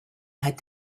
had